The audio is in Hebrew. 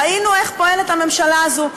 ראינו איך פועלת הממשלה הזו.